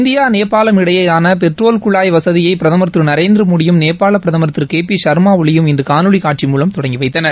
India Nepal இடையேயான petrol குழாய் வசதியை பிரதம் திரு நரேந்திமோடியும் நேபாள பிரதம் திரு கே பி ச்மா ஒளியும் இன்று காணொலி காட்சி மூலம் தொடங்கி வைத்தனர்